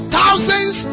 thousands